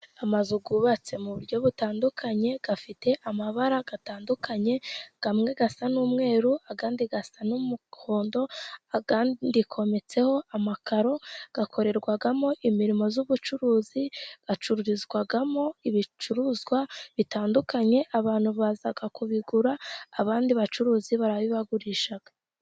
Amazu yubatse mu buryo butandukanye afite amabara atandukanye amwe asa n'umweru, andi asa n'umuhondo, andi yometseho amakaro. Akorerwamo imirimo y'ubucuruzi hacururizwamo ibicuruzwa bitandukanye abantu baza kubigura abandi bacuruzi barabibagurisha.